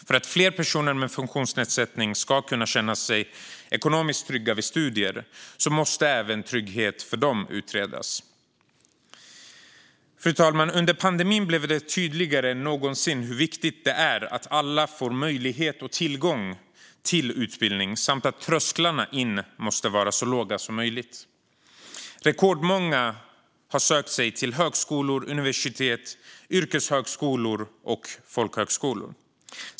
För att fler personer med funktionsnedsättning ska kunna känna sig ekonomiskt trygga vid studier måste även tryggheten för dem utredas. Fru talman! Under pandemin blev det tydligare än någonsin hur viktigt det är att alla får möjlighet och tillgång till utbildning samt att trösklarna in måste vara så låga som möjligt. Rekordmånga har sökt till högskolor, universitet, yrkeshögskolor och folkhögskolor.